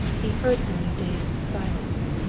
he heard her in a dazed silence.